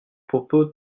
propos